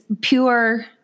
pure